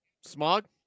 smog